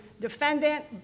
defendant